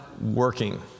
working